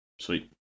Sweet